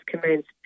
commenced